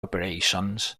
operations